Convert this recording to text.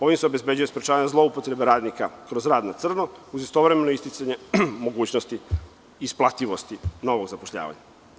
Ovim se obezbeđuje sprečavanja zloupotrebe radnika kroz rad na crno, uz istovremeno isticanje mogućnosti isplativosti novog zapošljavanja.